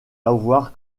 avoir